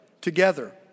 together